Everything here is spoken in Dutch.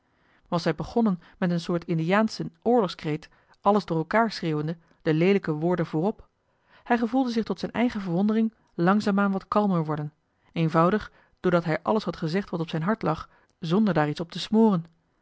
was hij begonnen met een soort indiaanschen oorlogskreet alles door elkaar schreeuwende de leelijke woorden voorop hij gevoelde zich tot zijn eigen verwondering langzaamaan wat kalmer worden eenvoudig doordat hij alles had gezegd wat op zijn hart lag zonder daar iets op te smoren